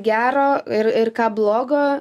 gero ir ir ką blogo